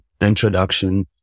introduction